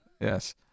Yes